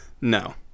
No